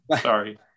Sorry